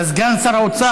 אתה סגן שר האוצר.